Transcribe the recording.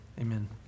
amen